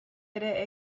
ere